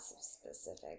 specific